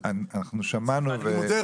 נתנאל, אנחנו שמענו ואני מכבד אותך.